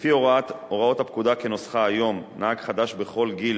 לפי הוראות הפקודה כנוסחה היום, נהג חדש, בכל גיל,